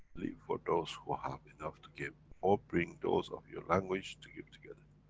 leave for those who have enough to give, or bring those of your language to give together.